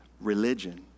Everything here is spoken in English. religion